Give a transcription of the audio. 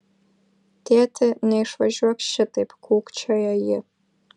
tėti neišvažiuok šitaip kūkčiojo ji